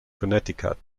connecticut